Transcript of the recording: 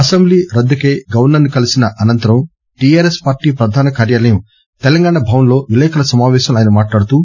assembly రద్దుకై governor ను కలిసి అనంతరం టీఆర్ఎస్ పార్టీ ప్రధాన కార్యాలయం తెలంగాణ భవన్ లో విలేకరుల సమాపేశంలో ఆయన మాట్లాడుతూ